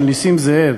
של נסים זאב,